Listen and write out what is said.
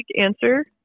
answer